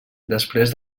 després